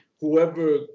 Whoever